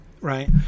right